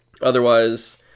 Otherwise